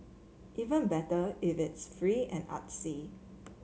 even better if it's free and artsy